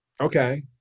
Okay